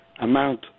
amount